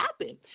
happen